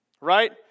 right